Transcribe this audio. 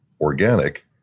Organic